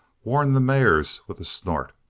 warned the mares with a snort.